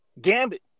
Gambit